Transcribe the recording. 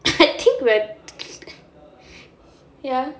I think we're ya